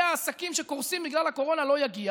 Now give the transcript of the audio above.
העסקים שקורסים בגלל הקורונה לא יגיע